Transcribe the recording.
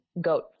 goat